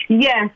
Yes